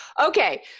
Okay